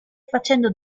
facendo